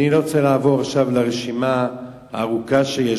אני לא רוצה לעבור לרשימה הארוכה שיש.